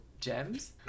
gems